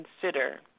consider